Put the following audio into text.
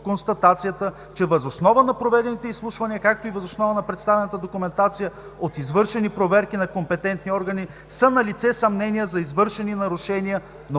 констатацията, че въз основа на проведените изслушвания, както и въз основа на представената документация от извършени проверки на компетентни органи, са налице съмнения за извършени нарушения, но